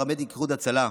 פרמדיק איחוד הצלה,